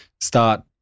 start